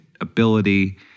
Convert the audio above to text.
ability